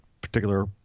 particular